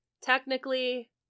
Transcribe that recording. Technically